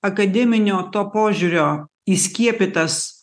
akademinio to požiūrio įskiepytas